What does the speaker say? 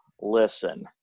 listen